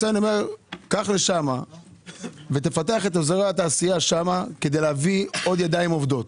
קח לשם ותפתח את אזורי התעשייה שם כדי להביא עוד ידיים עובדות